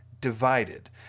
divided